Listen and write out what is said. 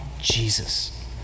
Jesus